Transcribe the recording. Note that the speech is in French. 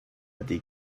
des